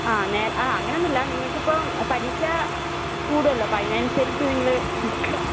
ആ അങ്ങനെയൊന്നും നിങ്ങൾക്ക് ഇപ്പം പലിശ കൂടുമല്ലോ അപ്പം അതിനനുസരിച്ച് നിങ്ങൾ നോക്കുക